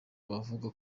abavugwa